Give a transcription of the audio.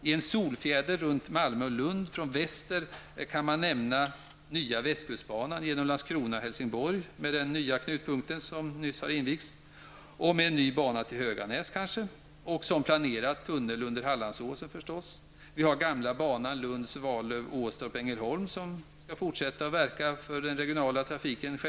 I en solfjäder runt Malmö och Lund från väster kan nämnas nya västkustbanan genom Landskrona och Helsingborg -- med den nya knutpunkt som nyss har invigts --, en ny bana till Höganäs och -- som planerat -- en tunnel under Hallandsåsen, förstås. Ängelholm skall självfallet med pågatåg -- tösatåg, som vi ibland säger -- fortsätta att verka för den regionala trafiken.